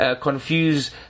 confuse